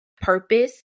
purpose